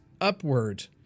upward